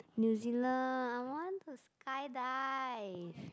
New Zealand I want to skydive